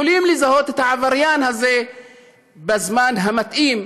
יכולים לזהות את העבריין הזה בזמן המתאים,